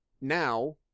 now